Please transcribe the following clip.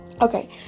Okay